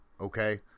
okay